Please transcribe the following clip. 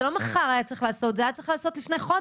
זה לא מחר צריך לעשות זה היה צריך להיעשות לפני חודש-חודשיים,